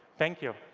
thank you.